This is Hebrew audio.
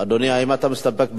אדוני, האם אתה מסתפק בתשובת השר?